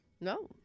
No